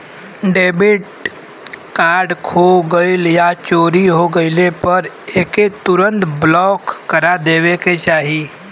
debit card खो गइल या चोरी हो गइले पर एके तुरंत ब्लॉक करा देवे के चाही